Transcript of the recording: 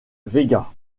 vega